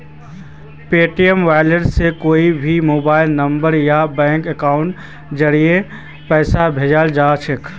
Paytm wallet से कोए भी मोबाइल नंबर या बैंक अकाउंटेर ज़रिया पैसा भेजाल जवा सकोह